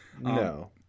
No